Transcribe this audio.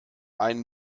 einen